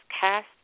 cast